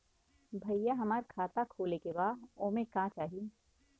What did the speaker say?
भईया हमार खाता खोले के बा ओमे का चाही?